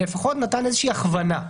לפחות נתן איזה שהיא הכוונה.